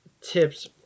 tips